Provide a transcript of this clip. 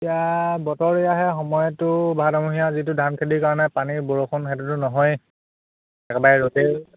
এতিয়া বতৰ এইয়াহে সময়টো ভাদমহীয়া যিটো ধান খেতিৰ কাৰণে পানীৰ বৰষুণ সেইটোতো নহয়েই একেবাৰে ৰ'দেই